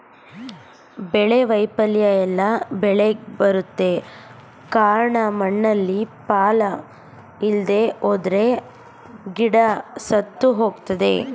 ಬೆಳೆ ವೈಫಲ್ಯ ಎಲ್ಲ ಬೆಳೆಗ್ ಬರುತ್ತೆ ಕಾರ್ಣ ಮಣ್ಣಲ್ಲಿ ಪಾಲ ಇಲ್ದೆಹೋದ್ರೆ ಗಿಡ ಸತ್ತುಹೋಗ್ತವೆ